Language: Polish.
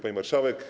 Pani Marszałek!